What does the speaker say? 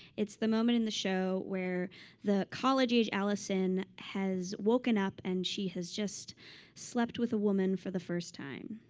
it's the moment in the show where the college-age alison has woken up and she has just slept with a woman for the first time.